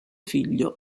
figlio